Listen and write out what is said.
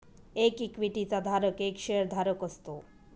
एक इक्विटी चा धारक एक शेअर धारक असतो